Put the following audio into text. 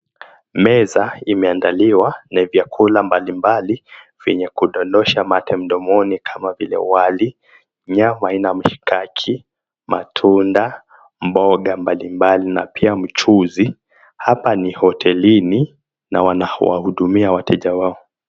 Meza imeandaliwa na vyakula mbali mbali vyenye kudondosha mate mdomoni kama vile wali, nyama aina ya mshikaki, matunda, mboga mbali mbali na pia mchuzi, hapa ni hotelini na wanawahudumia wateja wao.